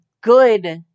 good